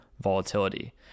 volatility